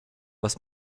was